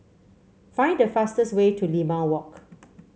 find the fastest way to Limau Walk